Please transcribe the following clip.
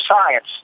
science